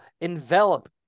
envelop